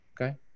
Okay